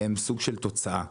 הם סוג של תוצאה.